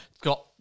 Got